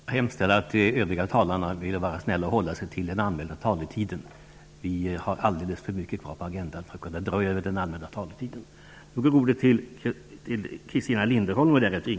Jag hemställer att de övriga talarna är snälla och håller sig till den anmälda taletiden. Vi har alldeles för mycket kvar på agendan för att kunna dra över den anmälda taletiden.